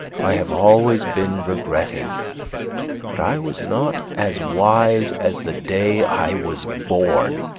i have always been regretting that i was not as wise as the day i was born.